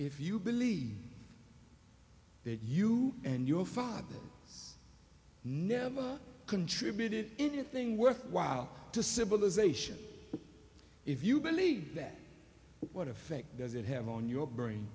if you believe that you and your father never contributed anything worthwhile to civilization if you believe that what effect does it have on your brain